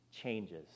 changes